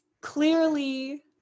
clearly